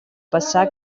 pesar